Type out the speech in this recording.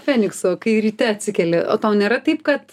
feniksu ryte atsikeli o tau nėra taip kad